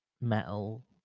metal